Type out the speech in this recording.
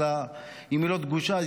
אם היא לא דגושה,